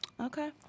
Okay